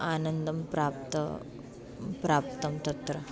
आनन्दं प्राप्त प्राप्तं तत्र